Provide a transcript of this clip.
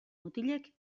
mutilek